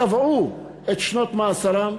קבעו את שנות מאסרם,